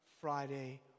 Friday